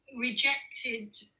rejected